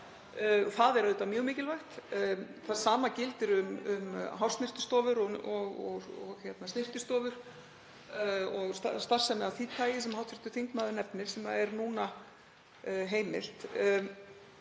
Það er auðvitað mjög mikilvægt. Það sama gildir um hársnyrtistofur og snyrtistofur og starfsemi af því tagi sem hv. þingmaður nefnir, sem er núna heimil.